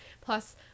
plus